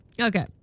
Okay